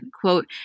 Quote